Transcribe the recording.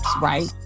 right